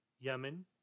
Yemen